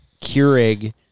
Keurig